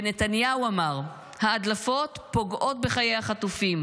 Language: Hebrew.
ונתניהו אמר: ההדלפות פוגעות בחיי החטופים.